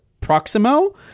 Proximo